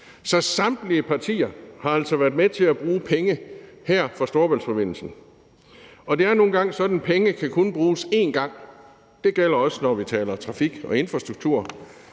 Så samtlige partier har altså været med til at bruge penge fra Storebæltsforbindelsen. Og det er nu engang sådan, at penge kun kan bruges én gang – det gælder også, når vi taler trafik og infrastruktur.